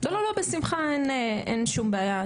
אין שום בעיה.